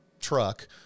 truck